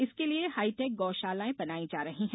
इसके लिए हाईटेक गौ शालाएं बनाई जा रही हैं